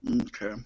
Okay